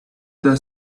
that